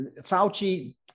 Fauci